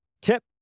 Tip